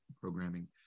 programming